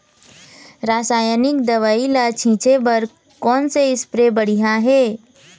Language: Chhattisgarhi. रासायनिक दवई ला छिचे बर कोन से स्प्रे बढ़िया हे?